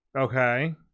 okay